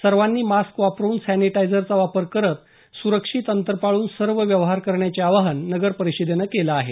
सर्वांनी मास्क वापरून सॅनिटायझर चा वापर करत सुरक्षित अंतर पाळून सर्व व्यवहार करण्याचे आवाहन नगर परिषदेनं केलं आहे